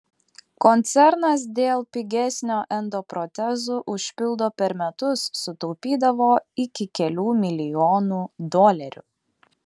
koncernas dėl pigesnio endoprotezų užpildo per metus sutaupydavo iki kelių milijonų dolerių